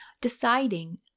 deciding